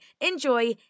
enjoy